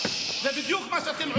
זה בדיוק מה שאתם רוצים.